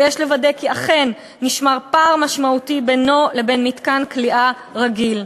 ויש לוודא כי אכן נשמר פער משמעותי בינו לבין מתקן כליאה רגיל.